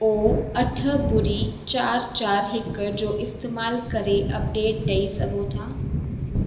ओ अठ ॿुड़ी चारि चारि हिक जो इस्तेमाल करे अपडेट ॾई सघो था